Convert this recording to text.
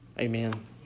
Amen